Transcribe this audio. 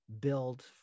build